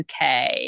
UK